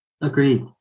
Agreed